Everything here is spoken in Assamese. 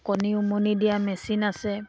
কণী উমনি দিয়া মেচিন আছে